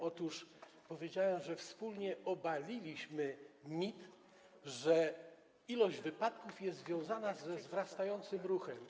Otóż powiedziałem, że wspólnie obaliliśmy mit, że liczba wypadków jest związana ze wzrastającym ruchem.